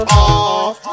off